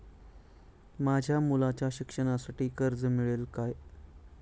माझ्या मुलाच्या शिक्षणासाठी कर्ज मिळेल काय?